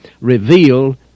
reveal